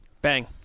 Bang